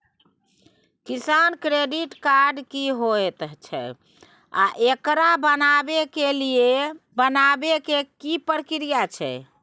किसान credit card की होयत छै आ एकरा बनाबै के की प्रक्रिया छै?